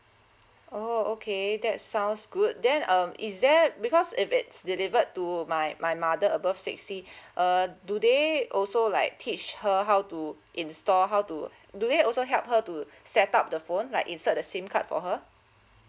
oh okay that sounds good then um is there because if it's delivered to my my mother above sixty uh do they also like teach her how to install how to do they also help her to set up the phone like insert the sim card for her